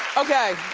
okay.